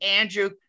Andrew